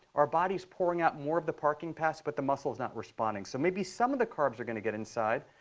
our body is pouring out more of the parking pass, but the muscle is not responding. so maybe some of the carbs are going to get inside,